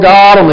God